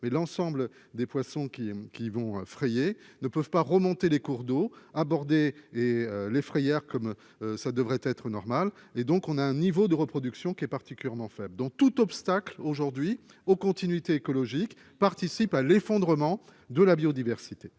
mais l'ensemble des poissons qui qui vont frayer ne peuvent pas remonter les cours d'eau et les frayères comme ça devrait être normal et donc on a un niveau de reproduction qui est particulièrement faible dont tout obstacle aujourd'hui aux continuités écologiques participent à l'effondrement de la biodiversité,